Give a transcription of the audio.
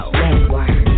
network